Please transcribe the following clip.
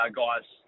guys